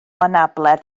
anabledd